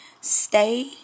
stay